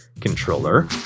controller